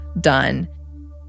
done